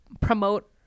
promote